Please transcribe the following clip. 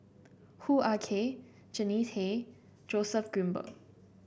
Hoo Ah Kay Jannie Tay Joseph Grimberg